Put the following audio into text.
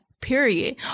period